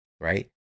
right